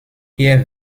hier